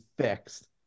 fixed